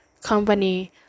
company